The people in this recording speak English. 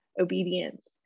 obedience